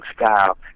style